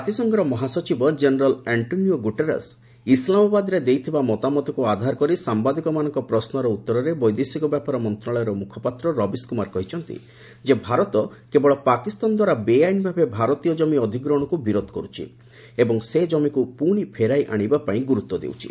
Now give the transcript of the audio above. ଜାତିସଂଘର ସଚିବ general Antonio Guterres ଇସ୍ଲାମାବାଦରେ ଦେଇଥବା ମତାମତକୁ ଆଧାର କରି ସାମ୍ବାଦିକମାନଙ୍କ ପ୍ରଶ୍ୱର ଉତ୍ତରରେ ବୈଦେଶିକ ବ୍ୟାପାର ମନ୍ତ୍ରଣାଳୟର ମୁଖପାତ୍ର ରବିଶକୁମାର କହିଛନ୍ତି ଯେ ଭାରତ କେବଳ ପାକିସ୍ଥାନ ଦ୍ୱାରା ବେଆଇନ ଭାବେ ଭାରତୀୟ ଜମି ଅଧିଗ୍ରହଣକୁ ବିରୋଧ କରୁଛି ଏବଂ ସେ ଜମିକୁ ପୁଣି ଫେରାଇ ଆଣିବା ପାଇଁ ଗୁରୁତ୍ୱ ଦେଉଛି